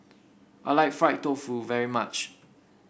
I like Fried Tofu very much